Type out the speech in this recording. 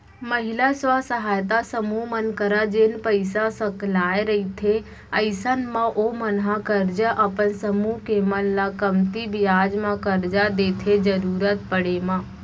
महिला स्व सहायता समूह मन करा जेन पइसा सकलाय रहिथे अइसन म ओमन ह करजा अपन समूह के मन ल कमती बियाज म करजा देथे जरुरत पड़े म